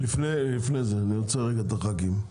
לפני זה אני רוצה רגע את הח"כים.